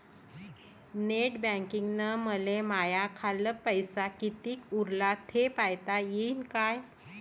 Net बँकिंगनं मले माह्या खाल्ल पैसा कितीक उरला थे पायता यीन काय?